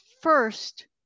first